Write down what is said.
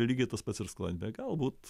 lygiai tas pats ir sklandyme galbūt